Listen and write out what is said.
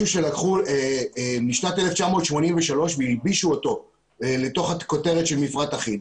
שלקחו משנת 1983 והלבישו אותו לתוך הכותרת של מפרט אחיד.